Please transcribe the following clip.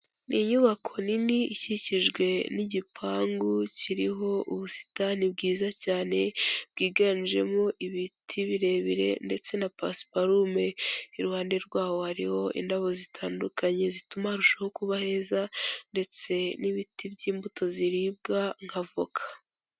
Ni inyubako nini ikikijwe n'igipangu kiriho ubusitani bwiza cyane bwiganjemo ibiti birebire ndetse na pasiparume, iruhande rwaho hariho indabo zitandukanye zituma harushaho kuba heza ndetse n'ibiti by'imbuto ziribwa nka voka.